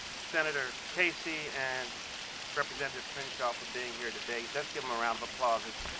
senator casey and representative crenshaw for being here today. let's give them a round of applause. it's